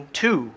two